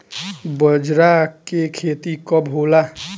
बजरा के खेती कब होला?